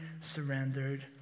surrendered